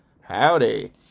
howdy